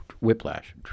Whiplash